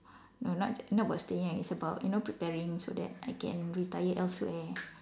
no not j~ no about staying young it's about you know preparing so that I can retire elsewhere